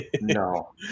No